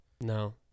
No